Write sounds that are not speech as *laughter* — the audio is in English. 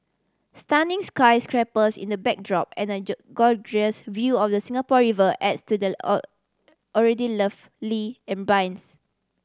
stunning sky scrapers in the backdrop and a *unintelligible* gorgeous view of the Singapore River adds to the *hesitation* already lovely ambience